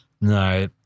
No